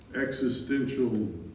existential